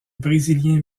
brésilien